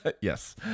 Yes